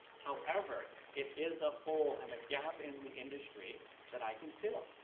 however, it is a hole and a gap in the industry that i can fill.